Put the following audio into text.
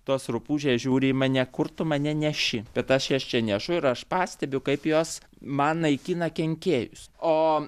tos rupūžės žiūri į mane kur tu mane neši bet aš jas čia nešu ir aš pastebiu kaip jos man naikina kenkėjus o